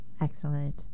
Excellent